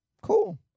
cool